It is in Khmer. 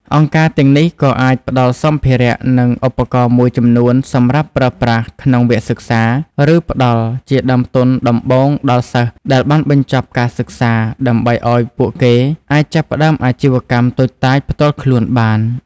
អង្គការទាំងនេះក៏អាចផ្តល់សម្ភារៈ និងឧបករណ៍មួយចំនួនសម្រាប់ប្រើប្រាស់ក្នុងវគ្គសិក្សា ឬផ្តល់ជាដើមទុនដំបូងដល់សិស្សដែលបានបញ្ចប់ការសិក្សា ដើម្បីឱ្យពួកគេអាចចាប់ផ្តើមអាជីវកម្មតូចតាចផ្ទាល់ខ្លួនបាន។